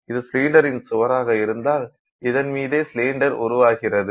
இது சிலிண்டரின் சுவராக இருந்தால் இதன் மீதே சிலிண்டர் உருவாகிறது